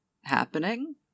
happening